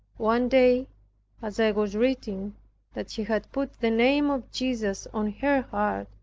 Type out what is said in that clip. one day as i was reading that she had put the name of jesus on her heart,